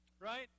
right